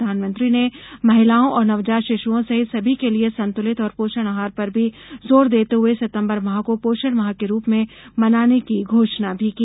प्रधानमंत्री ने महिलाओ और नवजात शिशुओं सहित सभी के लिये संतुलित और पोषण आहार पर भी जोर देते हुए सितम्बर माह को पोषण माह के रूप में मनाने की घोषणा भी की